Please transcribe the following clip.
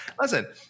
Listen